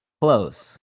Close